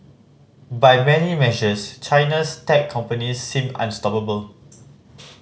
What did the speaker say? by many measures China's tech companies seem unstoppable